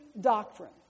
doctrine